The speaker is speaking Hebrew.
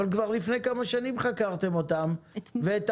אבל כבר לפני כמה שנים חקרתם אותם והטלתם